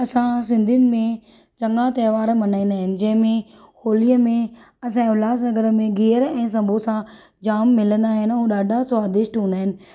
असां सिंधियुनि में चङा त्योहार मल्हाईंदा आहिनि जंहिंमें होलीअ में असांजे उल्हास नगर में गीअर ऐं सम्बोसा जाम मिलंदा आहिनि ऐं डा॒ढा स्वादिष्ट हूंदा आहिनि